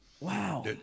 Wow